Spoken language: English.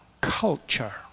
culture